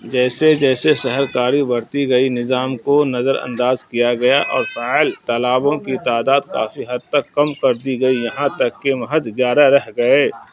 جیسے جیسے شہرکاری بڑھتی گئی نظام کو نظر انداز کیا گیا اور فاعل تالابوں کی تعداد کافی حد تک کم کر دی گئی یہاں تک کہ محج گیارہ رہ گئے